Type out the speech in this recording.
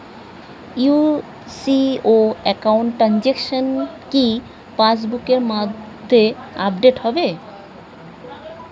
UCO account transaction কি pass বুকের মধ্যে আপডেট হবে?